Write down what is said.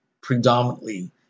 predominantly